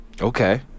Okay